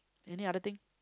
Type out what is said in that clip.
any other thing